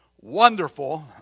wonderful